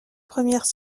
premières